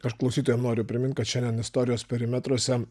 aš klausytojam noriu primint kad šiandien istorijos perimetruose